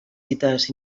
dites